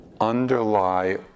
underlie